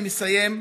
אני מסיים,